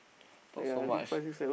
talk so much